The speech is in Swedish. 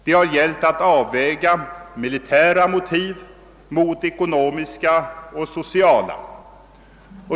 Det har gällt att avväga militära motiv mot ekonomiska och sociala.